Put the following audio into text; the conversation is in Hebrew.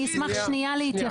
אני אשמח להתייחס.